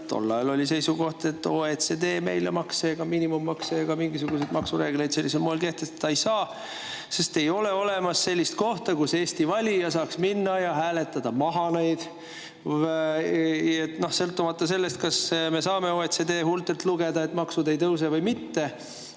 Tol ajal oli seisukoht, et OECD meile makse, miinimummakse ega mingisuguseid maksureegleid sellisel moel kehtestada ei saa, sest ei ole olemas sellist kohta, kuhu Eesti valija saaks minna ja hääletada neid maha. Sõltumata sellest, kas me saame OECD huultelt lugeda, et maksud ei tõuse, või mitte,